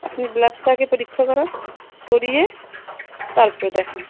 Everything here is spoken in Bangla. আপনি ব্লাডটা আগে পরীক্ষা করান করিয়ে তারপরে দেখান